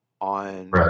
on